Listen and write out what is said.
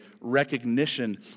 recognition